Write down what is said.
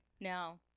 No